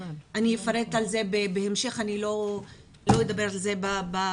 אני אפרט על זה בהמשך, אני לא אדבר על זה בפתיחה.